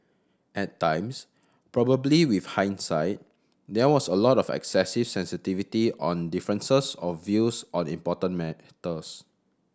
at times probably with hindsight there was a lot of excessive sensitivity on differences of views on important matters